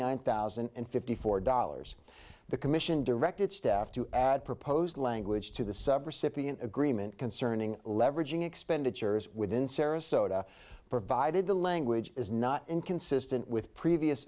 nine thousand and fifty four dollars the commission directed staff to add proposed language to the sub recipient agreement concerning leveraging expenditures within sarasota provided the language is not inconsistent with previous